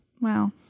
Wow